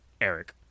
Eric